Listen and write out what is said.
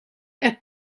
hekk